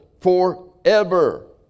forever